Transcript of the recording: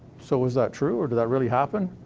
so is that true or did that really happen?